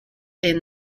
and